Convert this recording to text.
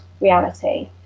reality